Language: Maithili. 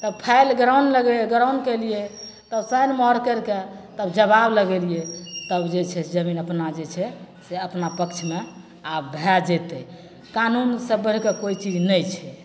तब फाइल ग्राउण्ड लगे ग्राउण्ड केलिए तब साइन मोहर करिके तब जवाब लगेलिए तब जे छै जमीन अपना जे छै से अपना पक्षमे आब भए जएतै कानूनसे बढ़िके कोइ चीज नहि छै